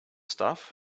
stuff